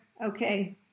Okay